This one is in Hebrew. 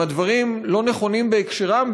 אם הדברים לא נכונים בהקשרם,